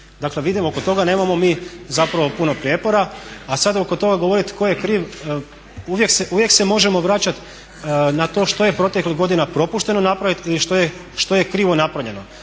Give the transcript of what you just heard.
Dakle, vidimo oko toga nemamo mi zapravo puno prijepora a sada oko toga govoriti tko je kriv, uvijek se možemo vraćati na to što je proteklih godina propušteno napraviti ili što je krivo napravljeno.